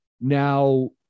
Now